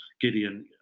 gideon